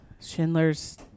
Schindler's